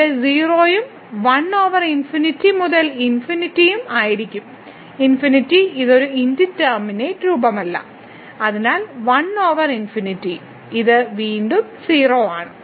ഇവിടെ 0 ഉം 1 ഓവർ ∞ മുതൽ ∞ ഉം ആയിരിക്കും ∞ ഇത് ഒരു ഇൻഡിറ്റർമിനെറ്റ് രൂപമല്ല അതിനാൽ 1 ഓവർ ∞ ഇത് വീണ്ടും 0 ആണ്